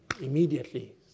immediately